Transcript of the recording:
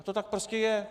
To tak prostě je!